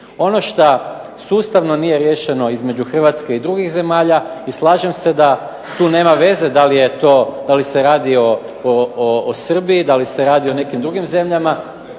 Ono što sustavno nije riješeno između Hrvatske i drugih zemalja i slažem se da tu nema veze da li se radi o Srbiji, da li se radi o nekim drugim zemljama,